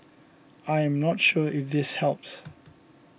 I am not sure if this helps